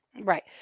right